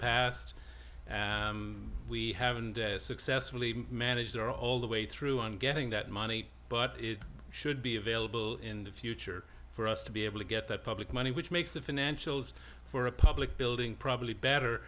past we haven't successfully managed or all the way through on getting that money but it should be available in the future for us to be able to get the public money which makes the financials for a public building probably better